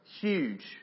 huge